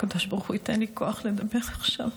הקדוש ברוך הוא ייתן לי כוח לדבר עכשיו.